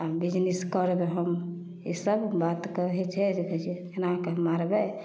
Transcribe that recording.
आओर बिजनिस करब हम ईसब बात कहै छै जे कोनाकऽ मारबै